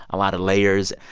a lot of layers.